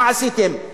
מה עשיתם?